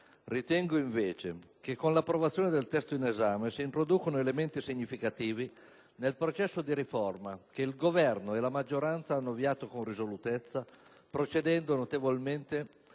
Ritengo, invece, che con l'approvazione del testo in esame si introducano elementi significativi nel processo di riforma che il Governo e la maggioranza hanno avviato con risolutezza, procedendo notevolmente